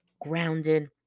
grounded